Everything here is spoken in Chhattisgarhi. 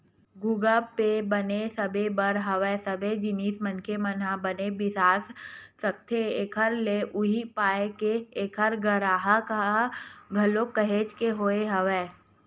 गुगप पे बने सबे बर हवय सबे जिनिस मनखे मन ह बने बिसा सकथे एखर ले उहीं पाय के ऐखर गराहक ह घलोक काहेच के होगे हवय